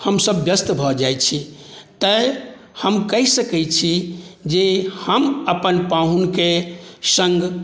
हमसभ व्यस्त भऽ जाय छी तैं हम कहि सकै छी जे हम अपन पाहुनके सङ्ग